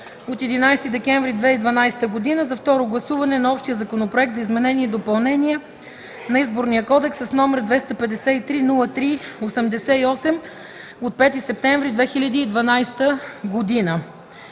от 11 декември 2012 г. за второ гласуване на Общия законопроект за изменение и допълнение на Изборния кодекс с № 253-03-88 от 5 септември 2012 г.